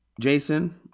Jason